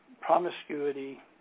promiscuity